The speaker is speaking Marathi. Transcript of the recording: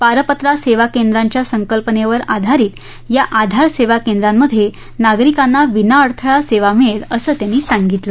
पारपत्र सेवा केंद्रांच्या संकल्पनेवर आधारीत या आधार सेवा केंद्रांमध्ये नागरिकांना विनाअडथळा सेवा मिळेल असं त्यांनी सांगितलं